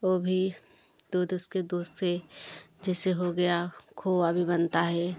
ओ भी दूध उसके दूध से जैसे हो गया खोआ भी बनता है